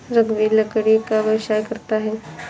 रघुवीर लकड़ी का व्यवसाय करता है